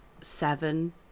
seven